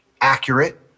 accurate